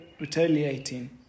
retaliating